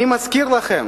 אני מזכיר לכם